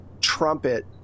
trumpet